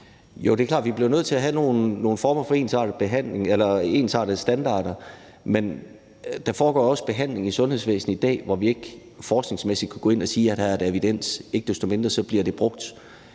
vi bliver nødt til at have nogle former for ensartede standarder. Men der foregår også behandling i sundhedsvæsenet i dag, hvor vi ikke forskningsmæssigt kan gå ind og sige, at der er evidens for det, men ikke desto mindre bliver den